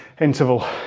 interval